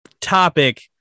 topic